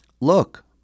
Look